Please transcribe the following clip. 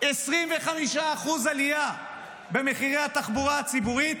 25% עלייה במחירי התחבורה הציבורית,